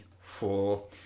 four